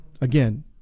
Again